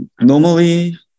normally